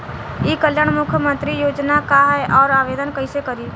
ई कल्याण मुख्यमंत्री योजना का है और आवेदन कईसे करी?